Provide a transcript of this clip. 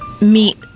meet